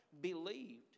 believed